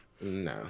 no